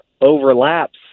overlaps